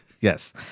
yes